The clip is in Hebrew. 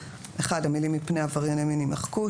(1) המילים "מפני עברייני מין" יימחקו,